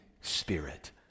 spirit